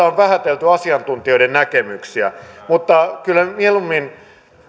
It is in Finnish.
on vähätelty asiantuntijoiden näkemyksiä mutta kyllä mieluummin